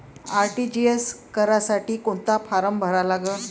RTGS करासाठी कोंता form भरा लागन?